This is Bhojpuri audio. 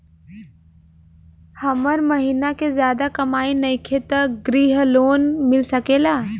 हमर महीना के ज्यादा कमाई नईखे त ग्रिहऽ लोन मिल सकेला?